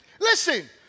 Listen